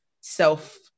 self